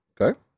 Okay